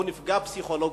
והוא נפגע פסיכולוגית.